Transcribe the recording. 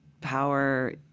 power